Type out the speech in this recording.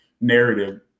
narrative